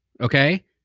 okay